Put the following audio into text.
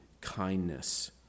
kindness